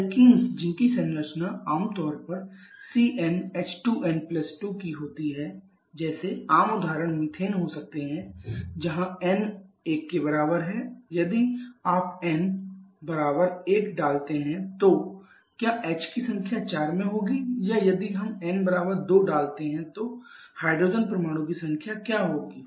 Elkins जिनकी संरचना आम तौर पर CnH2n2 की होती है जैसे आम उदाहरण मीथेन हो सकते हैं जहाँ n 1 है यदि आप n 1 डालते हैं तो क्या H की संख्या 4 में होगी या यदि हम n 2 डालते हैं तो हाइड्रोजन परमाणु की संख्या क्या होगी